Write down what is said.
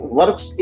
works